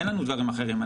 אין לנו דברים אחרים.